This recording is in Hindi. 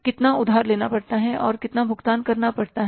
कितना उधार लेना पड़ता है और कितना भुगतान करना पड़ता है